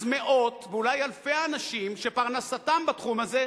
אז מאות ואולי אלפי אנשים שפרנסתם בתחום הזה,